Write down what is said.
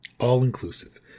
all-inclusive